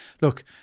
look